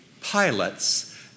pilots